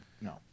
No